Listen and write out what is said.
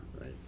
right